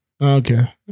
Okay